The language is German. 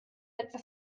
etwa